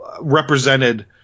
represented